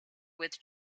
with